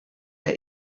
der